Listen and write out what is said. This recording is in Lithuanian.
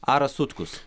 aras sutkus